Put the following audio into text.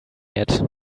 yet